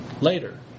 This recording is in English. later